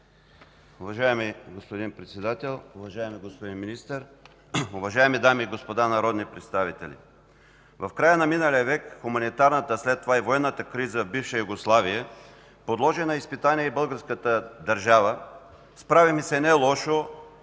Уважаеми господин Председател, уважаеми господин Министър, уважаеми дами и господа народни представители! В края на миналия век хуманитарната, а след това и военната криза в бивша Югославия подложи на изпитание българската държава. Справихме се нелошо